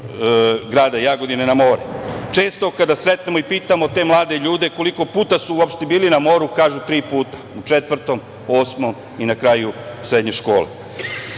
grada Jagodine na more. Često kada sretnemo i pitamo te mlade ljude koliko puta su uopšte bili na moru oni kažu tri puta, u četvrtom, osmom i na kraju srednje škole. Briga